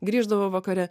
grįždavo vakare